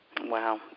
Wow